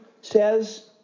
says